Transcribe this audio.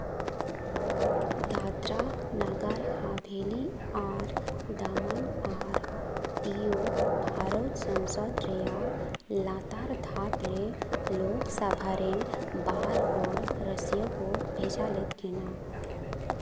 ᱫᱟᱫᱽᱨᱟ ᱱᱟᱜᱟᱨ ᱦᱟᱵᱷᱮᱞᱤ ᱟᱨ ᱫᱟᱢᱟᱱ ᱟᱨ ᱫᱤᱭᱳ ᱵᱷᱟᱨᱚᱛ ᱥᱚᱝᱥᱚᱫᱽ ᱨᱮᱭᱟᱜ ᱞᱟᱛᱟᱨ ᱫᱷᱟᱯ ᱨᱮ ᱞᱳᱠᱥᱟᱵᱷᱟ ᱨᱮᱱ ᱵᱟᱨ ᱦᱚᱲ ᱨᱟᱹᱥᱤᱭᱟᱹ ᱠᱚ ᱵᱷᱮᱡᱟ ᱞᱮᱫ ᱠᱤᱱᱟᱹ